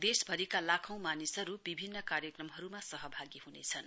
देशभरिका लाखौं मानिसहरु विभिन्न कार्यक्रमहरुमा सहभागी हुनेछन्